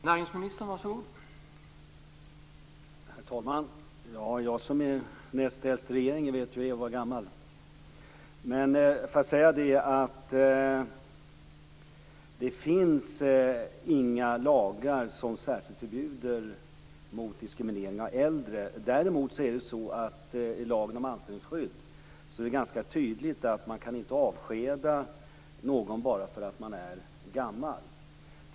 Herr talman! Ja, jag som är näst äldst i regeringen vet hur det är att vara gammal! Det finns inga lagar som särskilt förbjuder diskriminering av äldre. Däremot är det i lagen om anställningsskydd ganska tydligt att man inte kan avskeda någon bara för att den personen är gammal.